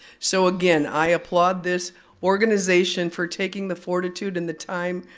so again, i applaud this organization for taking the fortitude and the time,